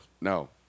No